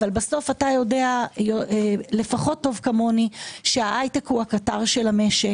אבל בסוף אתה יודע לפחות טוב כמוני שההייטק הוא הקטר של המשק.